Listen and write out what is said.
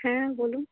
হ্যাঁ বলুন